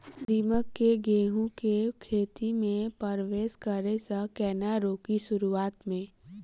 दीमक केँ गेंहूँ केँ खेती मे परवेश करै सँ केना रोकि शुरुआत में?